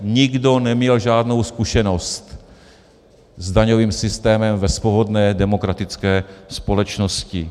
Nikdo neměl žádnou zkušenost s daňovým systémem ve svobodné demokratické společnosti.